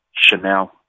Chanel